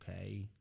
okay